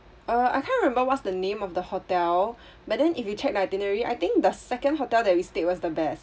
uh I can't remember what's the name of the hotel but then if you check the itinerary I think the second hotel that we stayed was the best